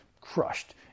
Crushed